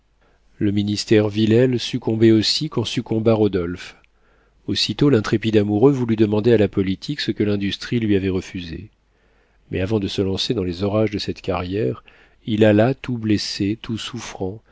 le ministère villèle succombait aussi quand succomba rodolphe aussitôt l'intrépide amoureux voulut demander à la politique ce que l'industrie lui avait refusé mais avant de se lancer dans les orages de cette carrière il alla tout blessé tout souffrant